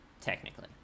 Technically